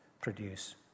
produce